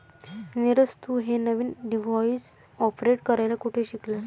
नीरज, तू हे नवीन डिव्हाइस ऑपरेट करायला कुठे शिकलास?